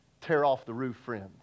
tear-off-the-roof-friends